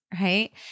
right